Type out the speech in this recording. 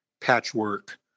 patchwork